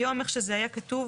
היום איך שזה היה כתוב,